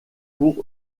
pour